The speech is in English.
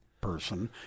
person